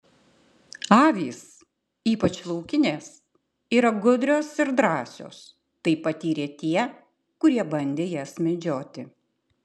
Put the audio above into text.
avys ypač laukinės yra gudrios ir drąsios tai patyrė tie kurie bandė jas medžioti